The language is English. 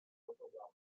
overwhelming